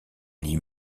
lit